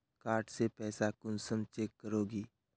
Card से पैसा कुंसम चेक करोगी?